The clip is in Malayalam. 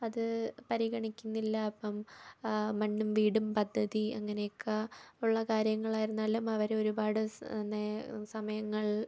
അത് പരിഗണിക്കുന്നില്ല അപ്പം മണ്ണും വീടും പദ്ധതി അങ്ങനെയൊക്കെ ഉള്ള കാര്യങ്ങളായിരുന്നാലും അവരൊരുപാട് സ് നേ സമയങ്ങൾ